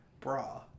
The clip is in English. Bra